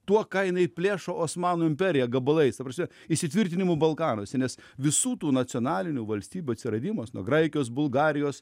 tuo ką jinai plėšo osmanų imperiją gabalais ta prasme įsitvirtinimu balkanuose nes visų tų nacionalinių valstybių atsiradimas nuo graikijos bulgarijos